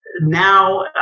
now